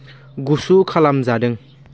गुसु खालामजादों